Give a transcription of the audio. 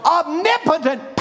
omnipotent